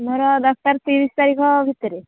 ମୋର ଦରକାର ତିରିଶ ତାରିଖ ଭିତରେ